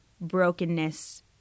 brokenness